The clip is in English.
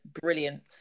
brilliant